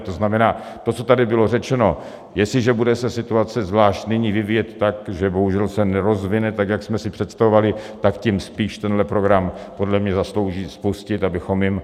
To znamená, to, co tady bylo řečeno, jestliže se situace bude zvlášť nyní vyvíjet tak, že bohužel se nerozvine, tak jak jsme si představovali, tak tím spíš tenhle program podle mě zaslouží spustit, abychom jim...